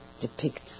depicts